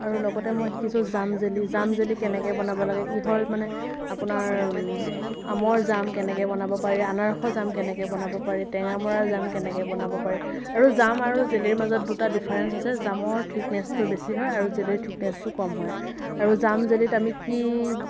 আৰু লগতে মই শিকিছোঁ জাম জেলি জাম জেলি কেনেকৈ বনাব লাগে কিহৰ মানে আপোনাৰ আমৰ জাম কেনেকৈ বনাব পাৰে আনাৰসৰ জাম কেনেকৈ বনাব পাৰি টেঙামৰাৰ জাম কেনেকৈ বনাব পাৰি আৰু জাম আৰু জেলিৰ মাজত দুটা ডীফাৰেন্স আছে জামৰ থিকনেচটো বেছি হয় আৰু জেলিৰ থিকনেচটো কম হয় আৰু জাম জেলিত আমি কি